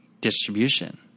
distribution